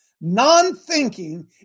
Non-thinking